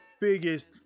biggest